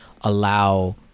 allow